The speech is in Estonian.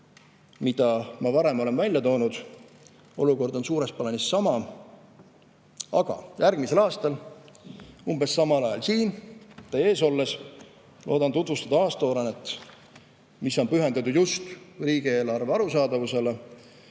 mida ma varem olen välja toonud. Olukord on suures plaanis sama. Aga järgmisel aastal umbes samal ajal siin teie ees olles loodan tutvustada aastaaruannet, mis on pühendatud just riigieelarve arusaadavusele